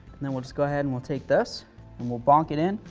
then we'll just go ahead and we'll take this and we'll bonk it in,